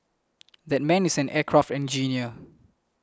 that man is an aircraft engineer